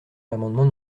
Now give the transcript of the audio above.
l’amendement